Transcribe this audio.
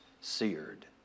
seared